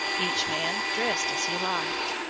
each man dressed as he liked.